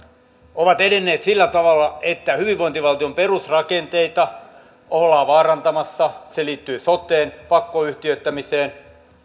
ovat edenneet sillä tavalla että hyvinvointivaltion perusrakenteita ollaan vaarantamassa se liittyy soteen pakkoyhtiöittämiseen